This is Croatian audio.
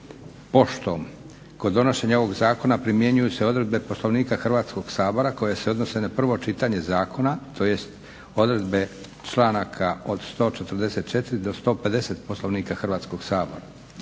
poštom. Kod donošenja ovog zakona primjenjuju se odredbe Poslovnika Hrvatskog sabora koje se odnose na prvo čitanje zakona, tj. odredbe članaka od 144. do 150. Hrvatskog sabora.